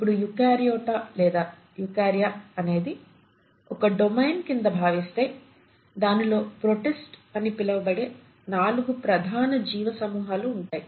ఇప్పుడు యుకార్యోట లేదా యుకార్య అనేది ఒక డొమైన్ కింద భావిస్తే దానిలో ప్రోటిస్ట్స్ అనబడే నాలుగు ప్రధాన జీవ సమూహములు ఉంటాయి